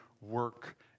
work